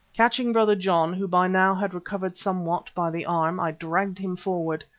catching brother john, who by now had recovered somewhat, by the arm, i dragged him forward.